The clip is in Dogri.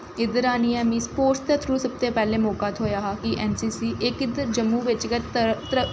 इद्धर आनियैं मीं स्पोटस दै थ्रू सब तो पैह्लें मौका थ्होआ कि ऐन्न सी सी इद्धर जम्मू बिच्च गै